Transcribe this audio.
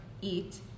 eat